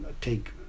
take